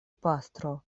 pastro